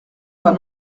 pas